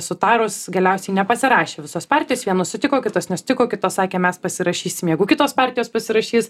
sutarus galiausiai nepasirašė visos partijos vienos sutiko kitos nesutiko kitos sakė mes pasirašysim jeigu kitos partijos pasirašys